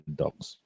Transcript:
dogs